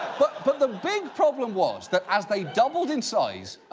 but but the big problem was that as they doubled in size,